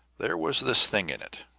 there was this thing in it,